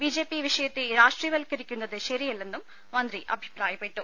BJP വിഷയത്തെ രാഷ്ട്രീയവൽക്കരിക്കുന്നത് ശരിയല്ലെന്ന് മന്ത്രി അഭിപ്രായപ്പെട്ടു